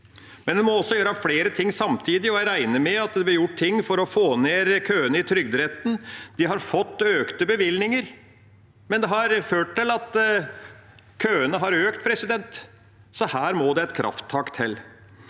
Men en må gjøre flere ting samtidig, og jeg regner med at det blir gjort ting for å få ned køene i Trygderetten. De har fått økte bevilgninger, men det har ført til at køene har økt, så her må det et krafttak til.